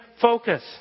focus